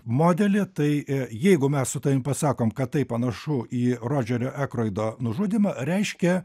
modelio tai jeigu mes su tavim pasakom kad tai panašu į rodžerio ekroido nužudymą reiškia